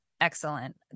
excellent